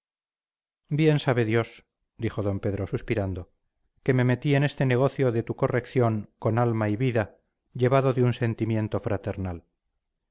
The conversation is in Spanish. bien sabe dios dijo d pedro suspirando que me metí en este negocio de tu corrección con alma y vida llevado de un sentimiento fraternal